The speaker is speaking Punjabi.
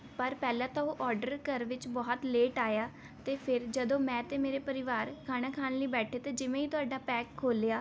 ਪਰ ਪਹਿਲਾਂ ਤਾਂ ਉਹ ਆਰਡਰ ਘਰ ਵਿੱਚ ਬਹੁਤ ਲੇਟ ਆਇਆ ਅਤੇ ਫਿਰ ਜਦੋਂ ਮੈਂ ਅਤੇ ਮੇਰਾ ਪਰਿਵਾਰ ਖਾਣਾ ਖਾਣ ਲਈ ਬੈਠੇ ਅਤੇ ਜਿਵੇਂ ਹੀ ਤੁਹਾਡਾ ਪੈਕ ਖੋਲਿਆ